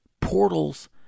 portals